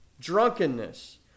drunkenness